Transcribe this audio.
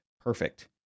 Perfect